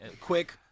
Quick